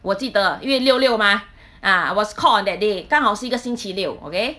我记得因为六六吗 ah I was called on that day 刚好是一个星期六 okay